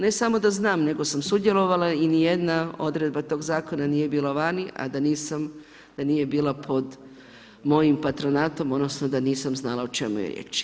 Ne samo da znam, nego sam sudjelovala i nijedna odredba tog zakona nije bila vani, a da nije bila pod mojim patronatom odnosno da nisam znala o čemu je riječ.